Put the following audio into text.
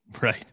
Right